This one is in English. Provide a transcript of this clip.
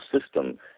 system